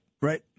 Right